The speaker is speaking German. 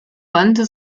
wandte